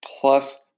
plus